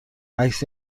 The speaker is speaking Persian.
عکس